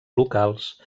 locals